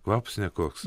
kvapas nekoks